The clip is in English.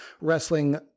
wrestling